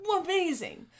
amazing